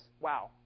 wow